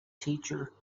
teacher